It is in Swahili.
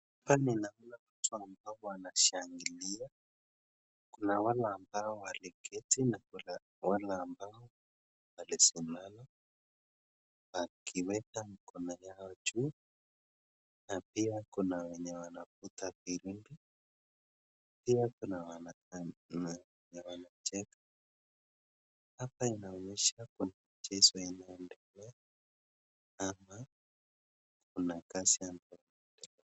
Hapa ninaona watu ambao wanashangilia .Kuna wale ambao waliketi na kuna anaonekana wamesimama, wakiweka mikono yao juu na pia kuna wenye wanavuta firimbi . Pia kuna wa wanaocheka hapa inaonesha kuna mchezo inaendelea na kuna kazi ambayo...